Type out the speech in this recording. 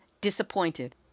disappointed